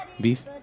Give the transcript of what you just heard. Beef